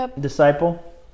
disciple